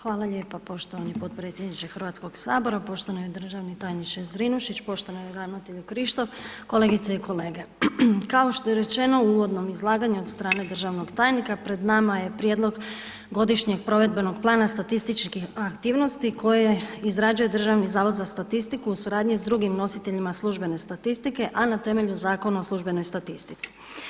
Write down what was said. Hvala lijepa poštovani potpredsjedniče HS, poštovani državni tajniče Zrinušić, poštovani ravnatelju Krištof, kolegice i kolege, kao što je rečeno u uvodnom izlaganju od strane državnog tajnika, pred nama je prijedlog godišnjeg provedbenog plana statističkih aktivnosti koje izrađuje Državni zavod za statistiku u suradnji s drugim nositeljima službene statistike, a na temelju Zakona o službenoj statistici.